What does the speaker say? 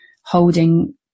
holding